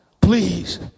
please